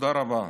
תודה רבה.